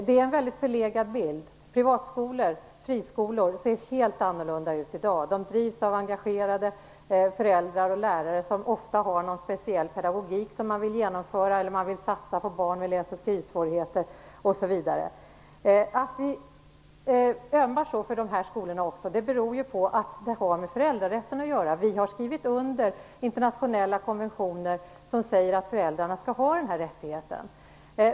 Det är en mycket förlegad bild. Privatskolor, friskolor, ser helt annorlunda ut i dag. De drivs av engagerade föräldrar och lärare som ofta har någon speciell pedagogik som man vill genomföra, eller man vill satsa på barn med läs och skrivsvårigheter osv. Att vi ömmar så för de här skolorna beror på att det har med föräldrarätten att göra. Vi har skrivit under internationella konventioner som säger att föräldrarna skall ha den här rättigheten.